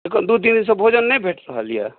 एखन दू दिन से भोजन नहि भेट रहल यऽ